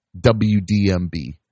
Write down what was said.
WDMB